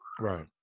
Right